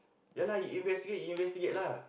ya lah you investigate you investigate lah